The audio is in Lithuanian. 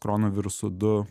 koronavirusu du